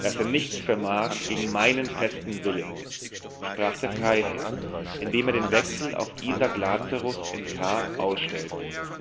daß er nichts vermag gegen meinen festen willen sprach der freiherr indem er den wechsel auf isak lazarus in k ausstellte